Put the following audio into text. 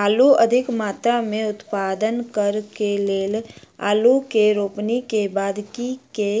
आलु अधिक मात्रा मे उत्पादन करऽ केँ लेल आलु केँ रोपनी केँ बाद की केँ